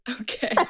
okay